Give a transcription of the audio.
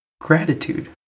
Gratitude